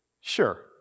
Sure